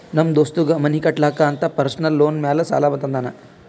ನಮ್ ದೋಸ್ತಗ್ ಮನಿ ಕಟ್ಟಲಾಕ್ ಅಂತ್ ಪರ್ಸನಲ್ ಲೋನ್ ಮ್ಯಾಲೆ ಸಾಲಾ ತಂದಾನ್